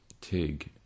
Tig